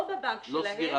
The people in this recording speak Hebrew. לא בבנק שלהם,